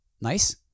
nice